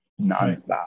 nonstop